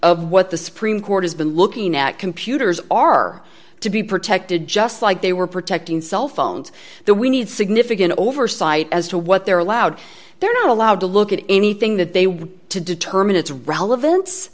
of what the supreme court has been looking at computers are to be protected just like they were protecting cell phones that we need significant oversight as to what they're allowed they're not allowed to look at anything that they want to determine its relevance